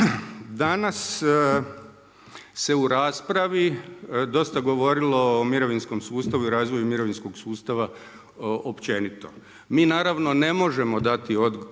Danas se u raspravi dosta govorilo o mirovinskom sustavu i razvoju mirovinskog sustava općenito. Mi naravno ne možemo dati kao